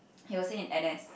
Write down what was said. he was still in N_S